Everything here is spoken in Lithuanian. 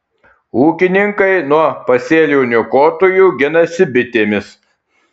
ūkininkai nuo pasėlių niokotojų ginasi bitėmis